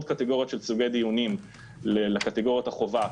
קטגוריות של סוגי דיונים לקטגוריית החובה,